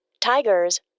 Tigers